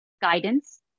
guidance